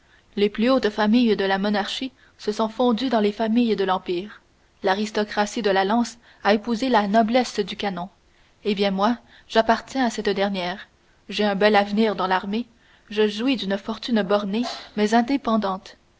les plus hautes familles de la monarchie se sont fondues dans les familles de l'empire l'aristocratie de la lance a épousé la noblesse du canon eh bien moi j'appartiens à cette dernière j'ai un bel avenir dans l'armée je jouis d'une fortune bornée mais indépendante